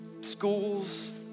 schools